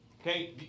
okay